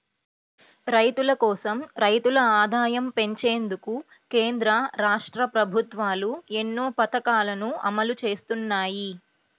రైతుల కోసం, రైతుల ఆదాయం పెంచేందుకు కేంద్ర, రాష్ట్ర ప్రభుత్వాలు ఎన్నో పథకాలను అమలు చేస్తున్నాయి